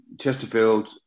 Chesterfield